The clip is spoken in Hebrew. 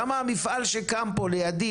למה למפעל שקם פה לידי,